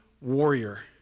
warrior